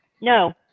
No